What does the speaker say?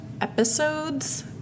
episodes